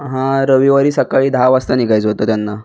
हां रविवारी सकाळी दहा वाजता निघायचं होतं त्यांना